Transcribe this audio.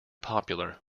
popular